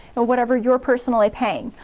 or whatever you're personally paying.